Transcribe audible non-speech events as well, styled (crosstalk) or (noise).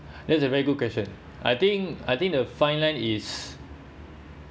(breath) that's a very good question I think I think the fine line is